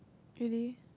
really